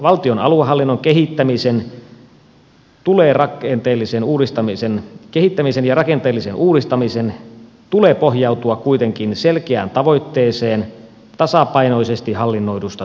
valtion aluehallinnon kehittämisen ja rakenteellisen uudistamisen tulee pohjautua kuitenkin selkeään tavoitteeseen tasapainoisesti hallinnoidusta suomesta